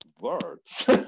words